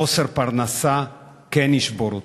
חוסר פרנסה כן ישבור אותי.